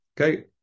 Okay